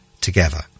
together